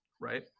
Right